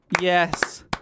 Yes